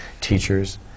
teachers